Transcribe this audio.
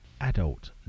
adult